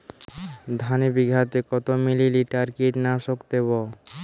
ধানে বিঘাতে কত মিলি লিটার কীটনাশক দেবো?